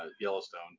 Yellowstone